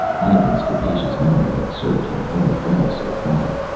ivan's capacious memory had served him very well so far.